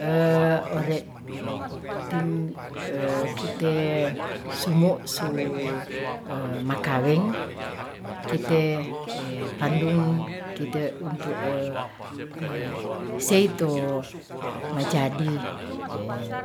Ore' tim kite sumakaweng kite pandung apulo pa', sei to majadi